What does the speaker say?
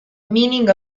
meaning